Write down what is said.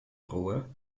rohr